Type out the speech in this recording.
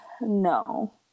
No